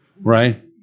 Right